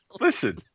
Listen